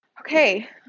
Okay